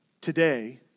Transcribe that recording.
Today